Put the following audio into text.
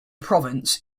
province